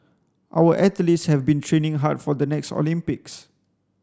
our athletes have been training hard for the next Olympics